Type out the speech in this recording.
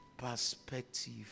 Perspective